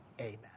Amen